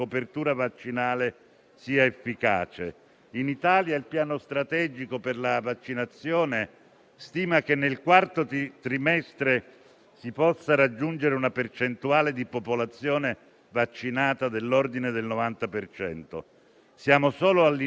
tanto più in una grave emergenza sanitaria, ha l'obbligo di tutelare innanzitutto il diritto alla salute, a partire dai più deboli, da quelli che corrono più rischi di perdere la vita, indipendentemente dalla ricchezza dei territori in cui vivono.